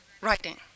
writing